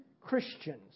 Christians